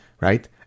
right